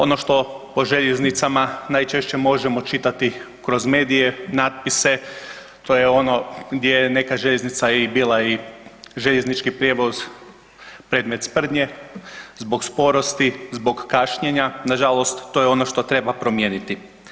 Ono što o željeznicama najčešće možemo čitati kroz medije, natpise, to je ono gdje je neka željeznica i bila i željeznički prijevoz predmet sprdnje zbog sporosti, zbog kašnjenja, nažalost, to je ono što treba promijeniti.